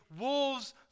wolves